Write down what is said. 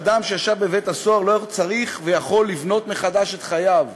שאדם שישב בבית-הסוהר לא צריך ויכול לבנות מחדש את חייו,